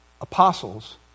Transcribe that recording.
apostles